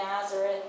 Nazareth